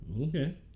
Okay